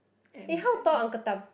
eh how tall uncle Tham